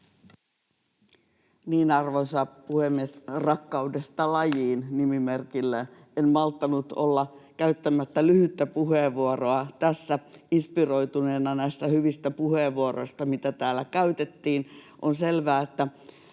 Arvoisa puhemies! Rakkaudesta lajiin ‑nimimerkillä en malttanut olla käyttämättä lyhyttä puheenvuoroa tässä, inspiroituneena näistä hyvistä puheenvuoroista, joita täällä käytettiin. On selvää, että